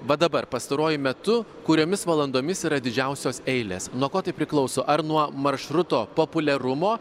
va dabar pastaruoju metu kuriomis valandomis yra didžiausios eilės nuo ko tai priklauso ar nuo maršruto populiarumo